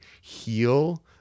heal